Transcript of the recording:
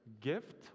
gift